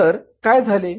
तर काय झाले